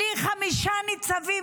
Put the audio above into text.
בלי חמישה ניצבים,